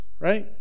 right